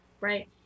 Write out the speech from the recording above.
right